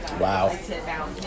Wow